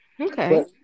okay